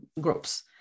groups